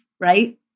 right